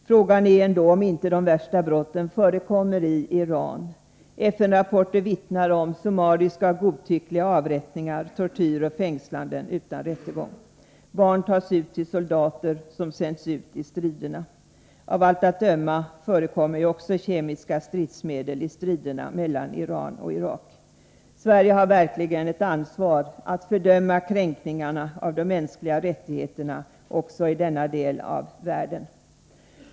Frågan är ändå om inte de värsta brotten förekommer i Iran. FN-rapporter vittnar om summariska och godtyckliga avrättningar, tortyr och fängslanden utan rättegång. Barn tas ut till soldater och sänds ut i striderna. Av allt att döma förekommer ju också kemiska stridsmedel i striderna mellan Iran och Irak. Sverige har verkligen ett ansvar när det gäller att fördöma kränkningarna av de mänskliga rättigheterna också i denna del av världen.